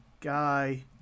guy